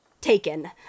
taken